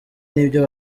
n’ibyo